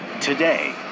Today